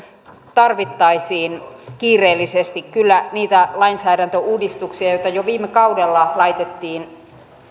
tarvittaisiin kiireellisesti kyllä niitä lainsäädäntöuudistuksia joita jo viime kaudella laitettiin